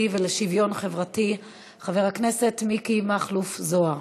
ולשוויון חברתי חבר הכנסת מכלוף מיקי זוהר.